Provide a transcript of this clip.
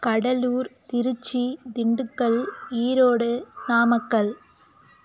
Cuddalore Trichy Dindigul Erode Namakkal